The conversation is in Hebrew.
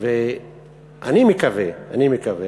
ואני מקווה, אני מקווה,